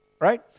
Right